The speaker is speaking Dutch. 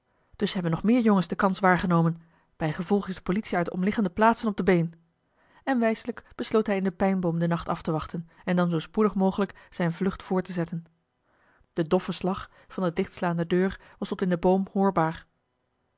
dus hebben nog meer jongens de kans waargenomen bijgevolg is de politie uit de omliggende plaatsen op de been en wijselijk besloot hij in den pijnboom den nacht af te wachten en dan zoo spoedig mogelijk zijne vlucht voort te zetten de doffe slag van de dichtslaande deur was tot in den boom hoorbaar